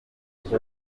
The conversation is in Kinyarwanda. kongo